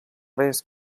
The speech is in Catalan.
res